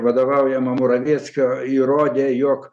vadovaujama moravieckio įrodė jog